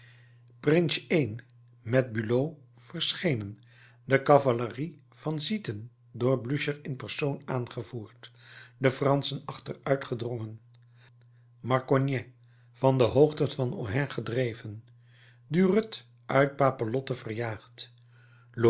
i met bulow verschenen de cavalerie van zieten door blücher in persoon aangevoerd de franschen achteruitgedrongen marcognet van de hoogte van ohain gedreven durutte uit papelotte verjaagd